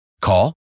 Call